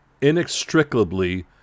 inextricably